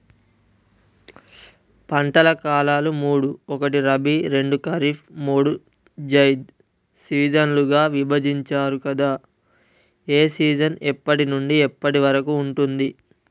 పంటల కాలాలు మూడు ఒకటి రబీ రెండు ఖరీఫ్ మూడు జైద్ సీజన్లుగా విభజించారు కదా ఏ సీజన్ ఎప్పటి నుండి ఎప్పటి వరకు ఉంటుంది?